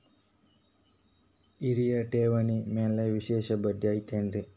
ಹಿರಿಯರ ಠೇವಣಿ ಮ್ಯಾಲೆ ವಿಶೇಷ ಬಡ್ಡಿ ಐತೇನ್ರಿ?